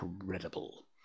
incredible